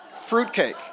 Fruitcake